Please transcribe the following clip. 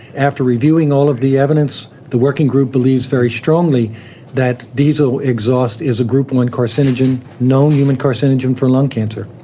after reviewing all of the evidence, the working group believes very strongly that diesel exhaust is a group one carcinogen, known human carcinogen for lung cancer.